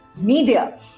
media